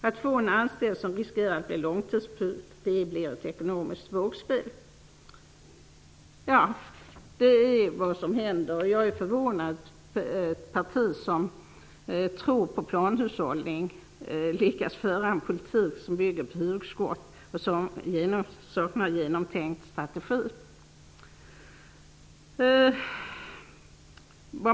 Att få en anställd som riskerar att bli långtidssjuk blir ett ekonomiskt vågspel. Detta är alltså vad som händer. Jag är förvånad över att ett parti som tror på planhushållning lyckas föra en politik som bygger på hugskott och som saknar en genomtänkt strategi.